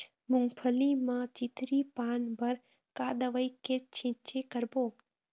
मूंगफली म चितरी पान बर का दवई के छींचे करबो?